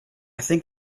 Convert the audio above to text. think